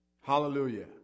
Hallelujah